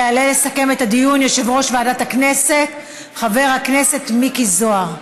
יעלה לסכם את הדיון יושב-ראש ועדת הכנסת חבר הכנסת מיקי זוהר.